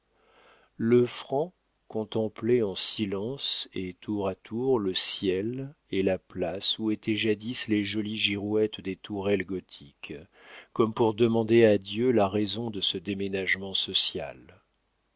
le franc contemplait en silence et tour à tour le ciel et la place où étaient jadis les jolies girouettes des tourelles gothiques comme pour demander à dieu la raison de ce déménagement social